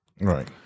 Right